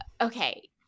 Okay